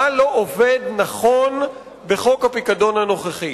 מה לא עובד נכון בחוק הפיקדון הנוכחי?